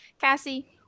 Cassie